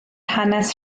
hanes